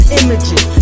images